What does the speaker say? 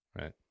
Right